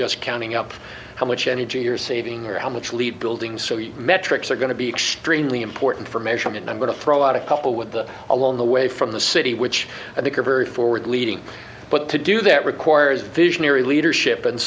just counting up how much energy you're saving or how much lead building so you metrics are going to be extremely important for measurement i'm going to throw out a couple with the along the way from the city which i think are very forward leading but to do that requires visionary leadership and